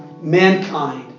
mankind